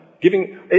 giving